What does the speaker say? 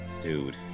Dude